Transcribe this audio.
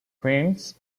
prince